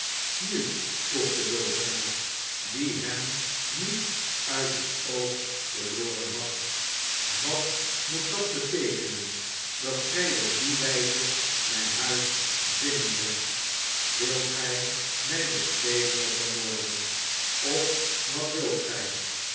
nu vroeg de bultenaar die hem niet uit het oog verloren had wat moet dat beteekenen dat gij op die wijze mijn huis binnendringt wilt gij mij bestelen of vermoorden of wat wilt gij